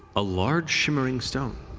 a large shimmering stone.